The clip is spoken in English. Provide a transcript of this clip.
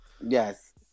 Yes